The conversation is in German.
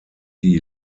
die